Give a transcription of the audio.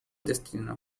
destino